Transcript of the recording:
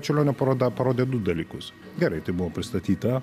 čiurlionio paroda parodė du dalykus gerai tai buvo pristatyta